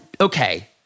Okay